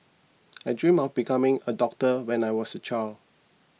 I dreamt of becoming a doctor when I was a child